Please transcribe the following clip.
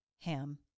Ham